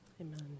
Amen